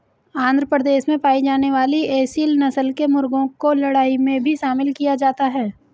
आंध्र प्रदेश में पाई जाने वाली एसील नस्ल के मुर्गों को लड़ाई में भी शामिल किया जाता है